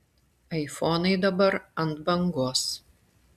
aifonai dabar ant bangos